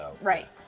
right